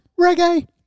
reggae